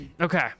Okay